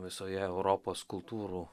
visoje europos kultūrų